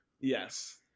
Yes